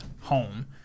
home